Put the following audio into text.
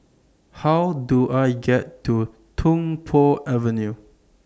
How Do I get to Tung Po Avenue